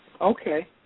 Okay